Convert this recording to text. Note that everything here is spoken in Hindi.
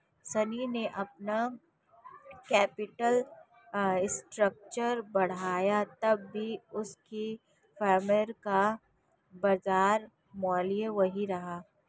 शनी ने अपना कैपिटल स्ट्रक्चर बढ़ाया तब भी उसकी फर्म का बाजार मूल्य वही रहा